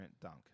dunk